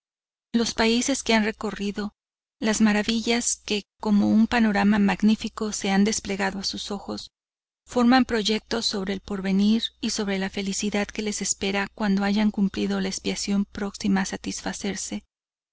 los países que han recorrido las maravillas que como un panorama magnifico se han desplegado a sus ojos forman proyectos sobre el porvenir y sobre la felicidad que les espera cuando hayan cumplido la expiación próxima a satisfacerse